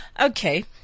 Okay